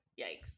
Yikes